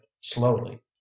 slowly